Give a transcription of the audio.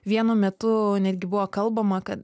vienu metu netgi buvo kalbama kad